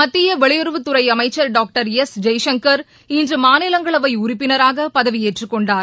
மத்திய வெளியுறவுததுறை அமைச்சர் டாக்டர் எஸ் ஜெய்சங்கர் இன்று மாநிலங்களவை உறுப்பினராக பதவியேற்றுக்கொண்டார்